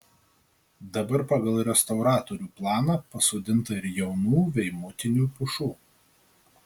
dabar pagal restauratorių planą pasodinta ir jaunų veimutinių pušų